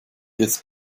jetzt